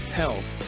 health